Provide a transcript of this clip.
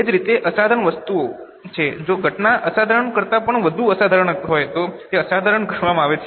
એ જ રીતે અસાધારણ વસ્તુઓ છે જો ઘટના અસાધારણ કરતાં પણ વધુ અસાધારણ હોય તો તે અસાધારણ કહેવાય